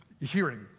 hearing